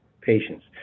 patients